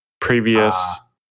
previous